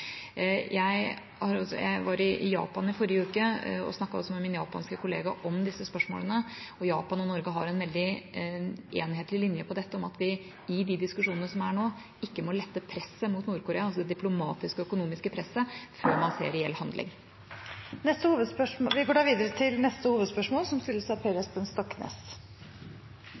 Jeg var i Japan i forrige uke og snakket også med min japanske kollega om disse spørsmålene. Japan og Norge har en veldig enhetlig linje på dette om at vi i de diskusjonene som er nå, ikke må lette presset mot Nord-Korea, det diplomatiske og økonomiske presset, før man ser reell handling. Vi går videre til neste hovedspørsmål.